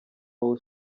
wowe